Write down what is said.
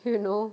you know